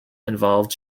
involved